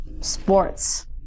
sports